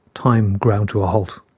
time ground to a halt.